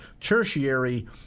tertiary